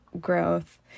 growth